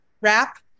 wrap